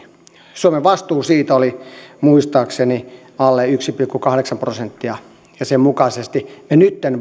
suomen vastuu siitä oli muistaakseni alle yksi pilkku kahdeksan prosenttia ja sen mukaisesti me nytten